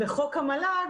וחוק המל"ג,